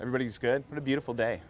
everybody's good but a beautiful day